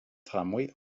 tramway